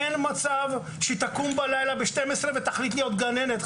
אין מצב שהיא תקום ב-12:00 בלילה ותחליט להיות גננת.